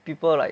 people like